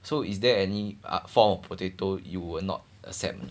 so is there any form of potato you will not accept